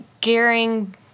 gearing